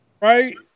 Right